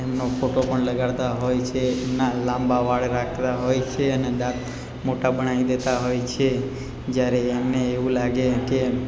એમનો ફોટો પણ લગાડતા હોય છે એમના લાંબા વાળ રાખતાં હોય છે અને દાંત મોટા બનાવી દેતા હોય છે જ્યારે એમને એવું લાગે કે